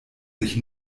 sich